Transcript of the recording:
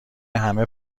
همه